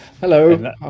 Hello